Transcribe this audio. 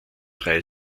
drei